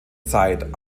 zeit